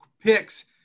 picks